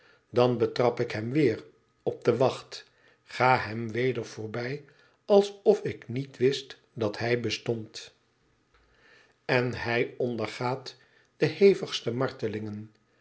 dan betrap ik hem weer op de wacht ga hem weder voorbij alsof ik niet wist dat hij bestond en hij ondergaat de hevigste martelingen